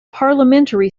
parliamentary